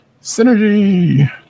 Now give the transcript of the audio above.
Synergy